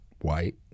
white